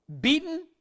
beaten